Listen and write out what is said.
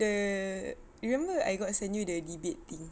the you remember I got send you the debate thing